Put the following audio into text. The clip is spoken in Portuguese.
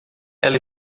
ela